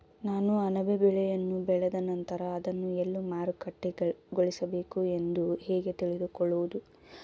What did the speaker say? ನಾನು ಅಣಬೆ ಬೆಳೆಯನ್ನು ಬೆಳೆದ ನಂತರ ಅದನ್ನು ಎಲ್ಲಿ ಮಾರುಕಟ್ಟೆಗೊಳಿಸಬೇಕು ಎಂದು ಹೇಗೆ ತಿಳಿದುಕೊಳ್ಳುವುದು?